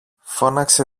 φώναξε